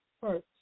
first